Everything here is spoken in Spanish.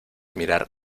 mirar